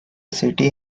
city